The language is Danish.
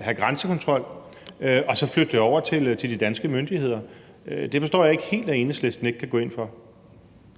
have grænsekontrol, og så flytte det over til de danske myndigheder. Jeg forstår ikke helt, hvorfor Enhedslisten ikke kan gå ind for